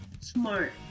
Smart